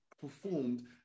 performed